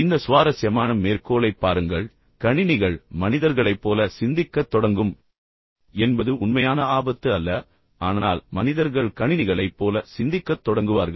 இந்த சுவாரஸ்யமான மேற்கோளைப் பாருங்கள் கணினிகள் மனிதர்களை போல சிந்திக்கத் தொடங்கும் என்பது உண்மையான ஆபத்து அல்ல ஆனால் மனிதர்கள் கணினிகளைப் போல சிந்திக்கத் தொடங்குவார்கள்